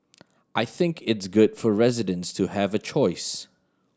I think is good for residents to have a choice